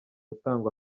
atangwa